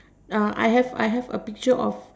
I have a picture of